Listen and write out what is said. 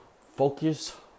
focus